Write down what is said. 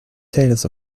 tales